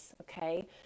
okay